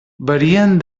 varien